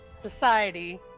society